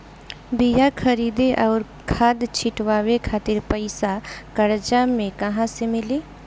बीया खरीदे आउर खाद छिटवावे खातिर पईसा कर्जा मे कहाँसे मिली?